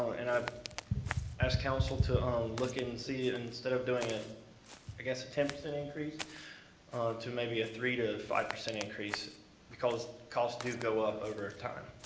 and i'd ask council to um look and see instead of doing a i guess a ten percent increase to maybe a three percent to five percent increase because costs do go up over time.